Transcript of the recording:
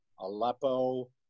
Aleppo